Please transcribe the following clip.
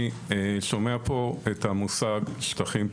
אני שומע פה את המושג "שטחים פתוחים"